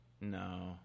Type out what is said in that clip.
No